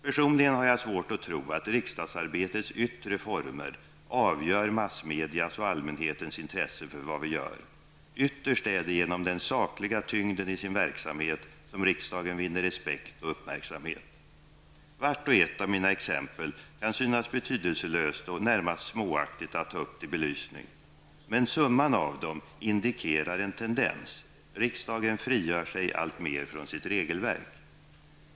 Personligen har jag svårt att tro att riksdagsarbetets yttre former avgör massmedias och allmänhetens intresse för vad vi gör. Ytterst är det genom den sakliga tyngden i sin verksamhet som riksdagen vinner respekt och uppmärksamhet. Vart och ett av mina exempel kan synas betydelselöst och närmast småaktigt att ta upp till belysning. Men summan av dem indikerar en tendens: riksdagen frigör sig alltmer från sitt regelverk.